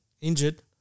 Injured